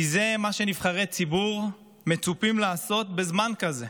כי זה מה שנבחרי ציבור מצופים לעשות בזמן כזה,